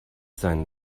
seinen